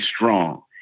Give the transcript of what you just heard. strong